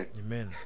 amen